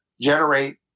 generate